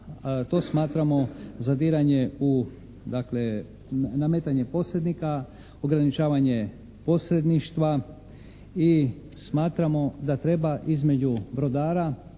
To smatramo zadiranje u, dakle nametanje posrednika, ograničavanje posredništva i smatramo da treba između brodara